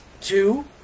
two